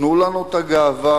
תנו לנו את הגאווה,